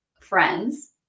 friends